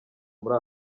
muri